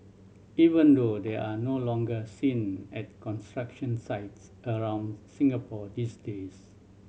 even though they are no longer seen at construction sites around Singapore these days